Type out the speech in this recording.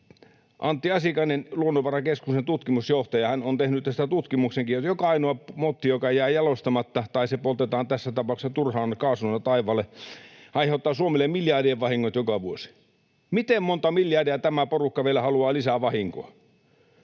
Antti Asikainen, Luonnonvarakeskuksen tutkimusjohtaja, on tehnyt tästä tutkimuksenkin. Kaikki ne motit, jotka jäävät jalostamatta tai poltetaan tässä tapauksessa turhaan kaasuna taivaalle, aiheuttavat Suomelle miljardien vahingot joka vuosi. Miten monta miljardia tämä porukka vielä haluaa lisää vahinkoa?